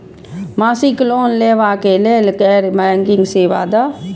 मासिक लोन लैवा कै लैल गैर बैंकिंग सेवा द?